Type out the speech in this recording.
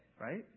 right